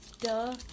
duh